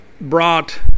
brought